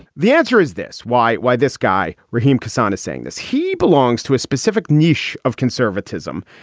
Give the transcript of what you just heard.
the answer is this. why? why this guy? rahim ketsana saying this. he belongs to a specific niche of conservatism.